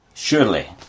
Surely